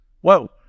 Whoa